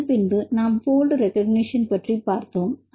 அதன்பின்பு நாம் bold recognition பற்றி பார்த்தோம்